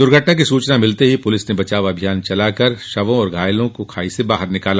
दुर्घटना की सूचना मिलते ही पुलिस ने बचाव अभियान चलाकर शवों व घायलों को खाई से बाहर निकाला